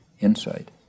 insight